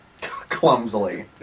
Clumsily